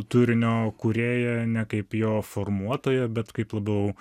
turinio kūrėją ne kaip jo formuotoją bet kaip labiau